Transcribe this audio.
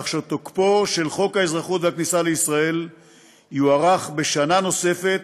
כך שתוקפו של חוק האזרחות והכניסה לישראל יוארך בשנה נוספת,